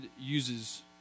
uses